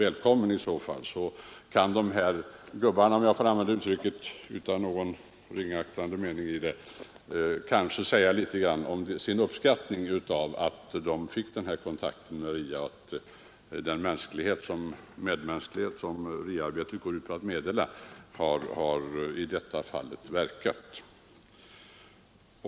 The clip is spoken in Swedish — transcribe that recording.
Välkommen då, herr socialminister, så kan de här gubbarna — om jag får använda det uttrycket utan någon som helst ringaktande mening i det — kanske säga något om sin uppskattning av att de fick denna kontakt med RIA och hur den medmänsklighet som RIA-arbetet vill förmedla har verkat i detta fall.